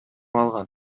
алган